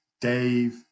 Dave